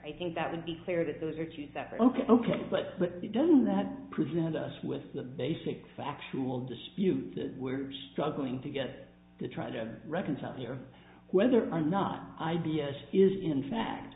i think that would be clear that those are two separate ok ok but doesn't that present us with the basic factual disputes that we're struggling to get to try to reconcile or whether or not i b s is in fact